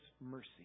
mercy